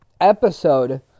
episode